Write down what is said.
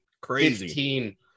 Crazy